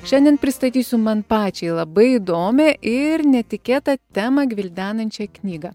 šiandien pristatysiu man pačiai labai įdomią ir netikėtą temą gvildenančią knygą